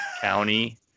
County